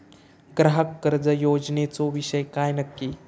ग्राहक कर्ज योजनेचो विषय काय नक्की?